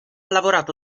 lavorato